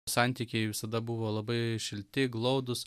santykiai visada buvo labai šilti glaudūs